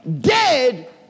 dead